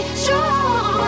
strong